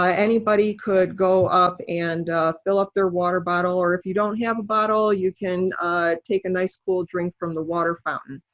um anybody could go up and fill up their water bottle. or if you don't have a bottle, you can take a nice cool drink from the water fountain.